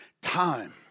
time